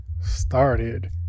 started